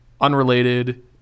unrelated